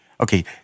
Okay